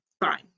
fine